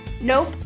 Nope